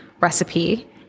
recipe